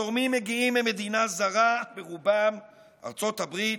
התורמים ברובם מגיעים ממדינה זרה, ארצות הברית,